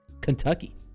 kentucky